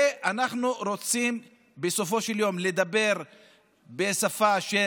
אנחנו רוצים בסופו של יום לדבר גם בשפה של